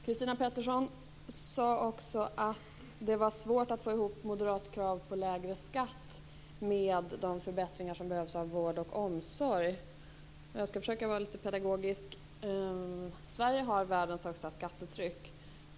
Christina Pettersson sade också att det var svårt att få ihop de moderata kraven på lägre skatt med de förbättringar som behövs inom vård och omsorg. Jag skall försöka vara litet pedagogisk. Sverige har världens högsta skattetryck.